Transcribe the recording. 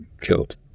killed